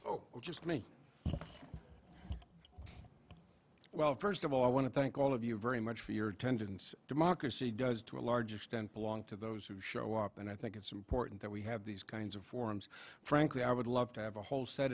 oh just me well first of all i want to thank all of you very much for your attendance democracy does to a large extent belong to those who show up and i think it's important that we have these kinds of forums frankly i would love to have a whole set